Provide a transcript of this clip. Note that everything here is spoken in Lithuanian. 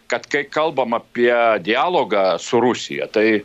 kad kai kalbam apie dialogą su rusija tai